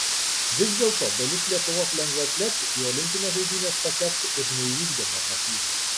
vis dėlto dalis lietuvos lengvaatlečių į olimpines žaidynes patektų ir neįvykdę normatyvų